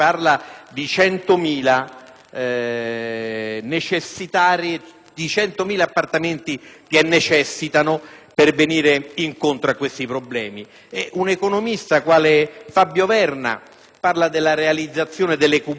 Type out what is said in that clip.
Roma si parla di 100.000 appartamenti necessari per venire incontro a questi problemi. Un economista quale Fabio Verna parla della realizzazione delle cubature di edilizia sociale,